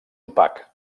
opac